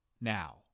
now